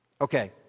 Okay